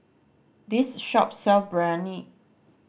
this shop sell Biryani